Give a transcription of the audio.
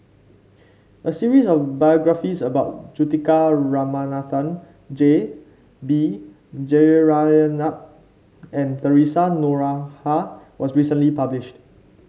a series of biographies about Juthika Ramanathan J B Jeyaretnam and Theresa Noronha was recently published